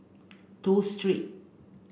Toh Street